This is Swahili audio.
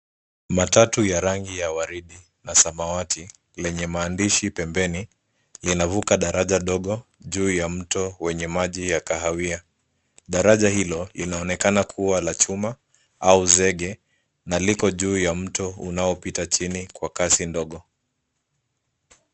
Matatu ya rangi ya waridi na samawati lenye maandishi pembeni linavuka daraja ndogo juu ya mto wenye maji ya kahawia. Daraja hilo linaonekana kuwa la chuma au zege na liko juu ya mto unaopita chini kwa kasi ndogo.